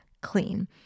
clean